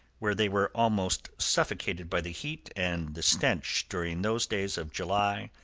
where they were almost suffocated by the heat and the stench during those days of july,